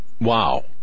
Wow